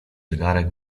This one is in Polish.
zegarek